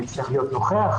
אני אצטרך להיות נוכח?